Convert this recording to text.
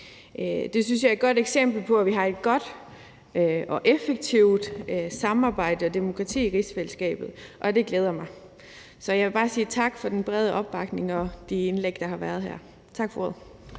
Det synes jeg er et godt eksempel på, at vi har et godt og effektivt samarbejde og demokrati i rigsfællesskabet, og det glæder mig. Så jeg vil bare sige tak for den brede opbakning og for de indlæg, der har været her. Tak for ordet.